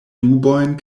dubojn